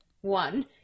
one